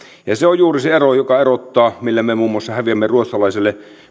se on juuri se ero joka erottaa millä me muun muassa häviämme ruotsalaiselle